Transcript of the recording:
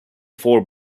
four